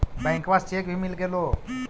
बैंकवा से चेक भी मिलगेलो?